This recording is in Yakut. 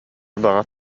баҕар